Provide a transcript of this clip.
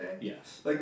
Yes